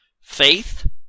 Faith